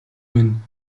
минь